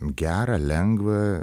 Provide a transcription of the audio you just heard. gera lengva